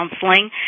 counseling